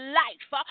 life